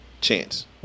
Chance